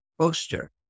poster